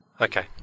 Okay